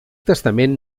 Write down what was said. testament